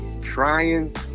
trying